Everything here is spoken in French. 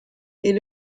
est